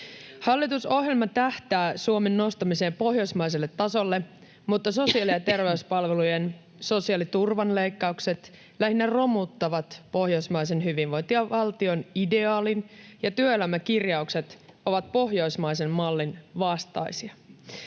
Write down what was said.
Hallitusohjelma tähtää Suomen nostamiseen pohjoismaiselle tasolle, mutta sosiaali- ja terveyspalvelujen, sosiaaliturvan leikkaukset lähinnä romuttavat pohjoismaisen hyvinvointivaltion ideaalin ja työelämäkirjaukset ovat pohjoismaisen mallin vastaisia.